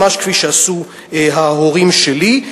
ממש כפי שעשו ההורים שלי,